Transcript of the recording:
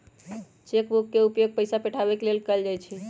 cheque book के उपयोग पइसा उठाबे के लेल कएल जाइ छइ